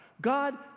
God